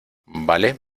vale